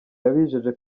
yabijeje